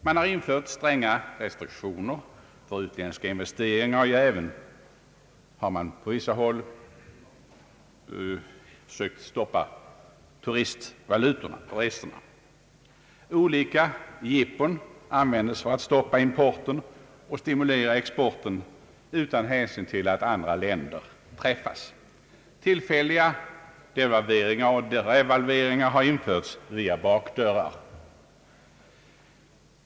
Man har infört stränga restriktioner för utländska investeringar, och på vissa håll har man även försökt att stoppa turistvalutorna. Olika jippon användes för att minska importen och stimulera exporten utan hänsyn till att andra länder träffas. Tillfälliga devalveringar och revalveringar har införts via bakdörrar.